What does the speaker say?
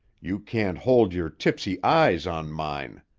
you can't hold your tipsy eyes on mine.